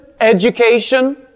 education